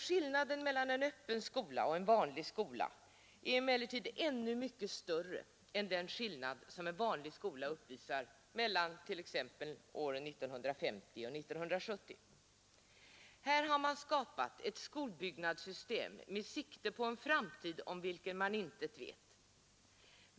Skillnaden mellan en öppen skola och en vanlig skola är emellertid ännu mycket större än den skillnad som en vanlig skola uppvisar mellan t.ex. åren 1950 och 1970. Här har man skapat ett skolbyggnadssystem med sikte på en framtid; om vilken man intet vet.